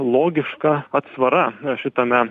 logiška atsvara šitame